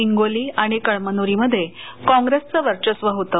हिंगोली आणि कळमनोरीमध्ये कॉप्रेसचं वर्षस्व होतं